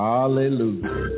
Hallelujah